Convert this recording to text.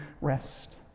rest